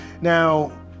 Now